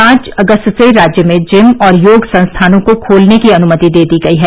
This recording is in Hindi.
पांच अगस्त से राज्य में जिम और योग संस्थानों को खोलने की अनुमति दे दी गई है